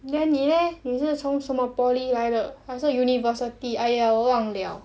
then 你 leh 你是从什么 poly 来的好像 university !aiya! 我忘 liao